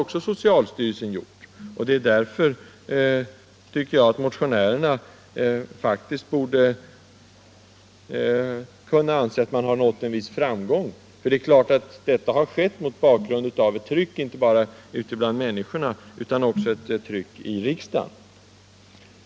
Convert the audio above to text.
Därför tycker jag faktiskt att motionärerna borde kunna anse att de har nått en viss framgång. För detta har naturligtvis skett mot bakgrunden av ett tryck, inte bara från människor ute i landet utan också inom riksdagen.